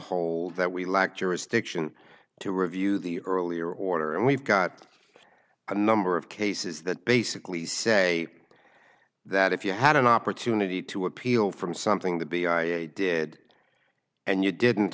hold that we lacked jurisdiction to review the earlier order and we've got a number of cases that basically say that if you had an opportunity to appeal from something to be i did and you didn't